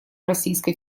российской